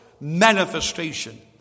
manifestation